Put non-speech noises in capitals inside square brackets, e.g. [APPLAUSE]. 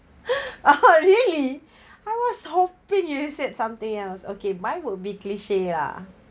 [LAUGHS] oh really I was hoping you said something else okay my will be cliche lah